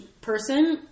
person